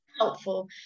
helpful